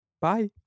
bye